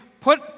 put